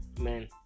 Man